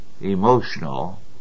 emotional